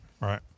right